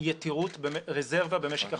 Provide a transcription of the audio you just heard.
יתירות רזרבה במשק החשמל.